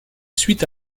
suit